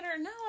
no